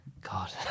God